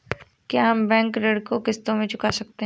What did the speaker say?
क्या हम बैंक ऋण को किश्तों में चुका सकते हैं?